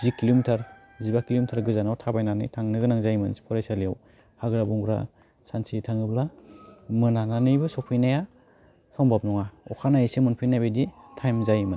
जि किल' मिटार जिबा किल' मिटार गोजानाव थाबायनानै थांनो गोनां जायोमोन फरायसालियाव हाग्रा बंग्रा सानसे थाङोब्ला मोनानानैबो सौफैनाया समबाब नङा अखानायैसो मोनफैनायबायदि टाइम जायोमोन